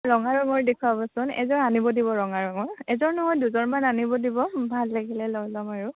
ৰঙা ৰঙৰ দেখুৱাবচোন এযোৰ আনিব দিব ৰঙা ৰঙৰ এযোৰ নহয় দুযোৰমান আনিব দিব ভাল লাগিলে লৈ লম আৰু